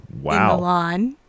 wow